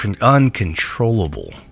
uncontrollable